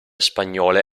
spagnole